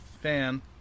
fan